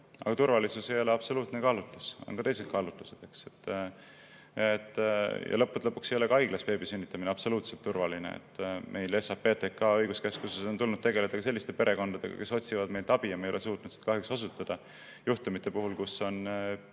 Aga turvalisus ei ole absoluutne kaalutlus, on ka teised kaalutlused. Ja lõppude lõpuks ei ole ka haiglas beebi sünnitamine absoluutselt turvaline. Meil on SAPTK õiguskeskuses tulnud tegeleda ka selliste perekondadega, kes on otsinud meilt abi, aga me ei ole suutnud seda kahjuks osutada nende juhtumite puhul, kui beebi